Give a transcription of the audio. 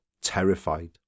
terrified